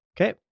okay